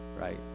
right